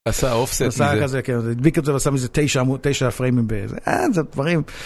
עשה offset. עשה כזה, כן. זה הדביק את זה ועשה מזה איזה תשע פריימים באיזה... אה, זה דברים...